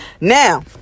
Now